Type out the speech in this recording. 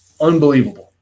Unbelievable